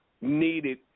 needed